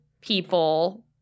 people